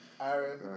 Aaron